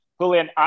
Julian